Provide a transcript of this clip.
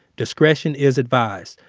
discretion is advised,